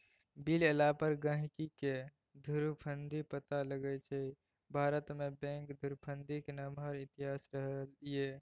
bill एला पर गहिंकीकेँ धुरफंदी पता लगै छै भारतमे बैंक धुरफंदीक नमहर इतिहास रहलै यै